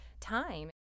time